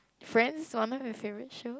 Friends one of my favourite show